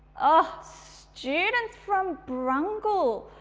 ah students from brungle,